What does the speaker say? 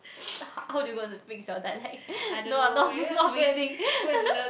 h~ how do you gonna mix your dialect no I'm not not mixing